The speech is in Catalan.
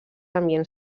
ambients